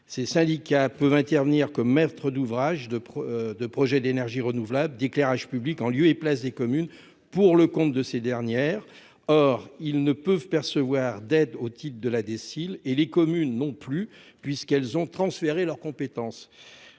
Ces syndicats peuvent intervenir que maître d'ouvrage de. De projets d'énergies renouvelables d'éclairage public en lieu et place des communes pour le compte de ces dernières. Or, ils ne peuvent percevoir d'aide au titre de la décile et les communes non plus puisqu'elles ont transféré leurs compétences.